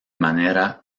manera